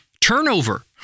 Turnover